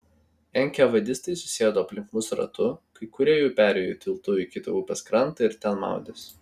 enkavedistai susėdo aplink mus ratu kai kurie jų perėjo tiltu į kitą upės krantą ir ten maudėsi